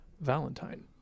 valentine